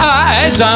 eyes